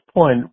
point